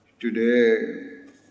Today